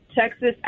Texas